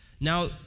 Now